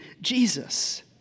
Jesus